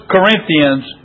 Corinthians